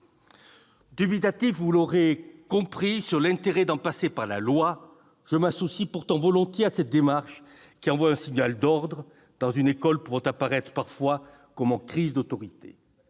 dubitatif quant à l'intérêt d'en passer par la loi. Je m'associe pourtant volontiers à cette démarche, qui envoie un signal d'ordre à une école pouvant apparaître parfois confrontée à une crise d'autorité.